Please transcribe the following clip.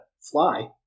fly